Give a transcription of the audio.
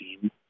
team